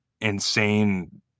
insane